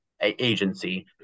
agency